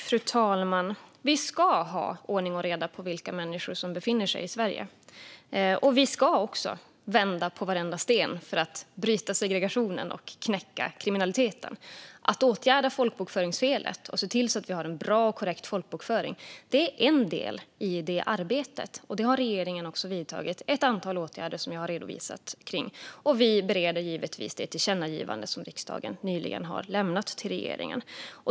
Fru talman! Vi ska ha ordning på vilka människor som befinner sig i Sverige. Vi ska också vända på varenda sten för att bryta segregationen och knäcka kriminaliteten. Att åtgärda folkbokföringsfelet och se till att vi har en bra och korrekt folkbokföring är en del i det arbetet. Regeringen har vidtagit ett antal åtgärder, som jag har redovisat. Och vi bereder givetvis det tillkännagivande som riksdagen nyligen har lämnat till regeringen.